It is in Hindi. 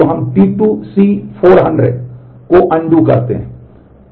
तो हम T2 C 400 को अनडू करते हैं